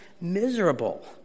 miserable